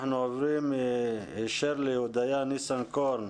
אנחנו עוברים הישר להודיה ניסנקורן,